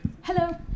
Hello